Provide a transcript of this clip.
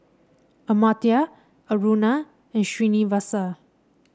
Amartya Aruna and Srinivasa